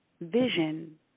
vision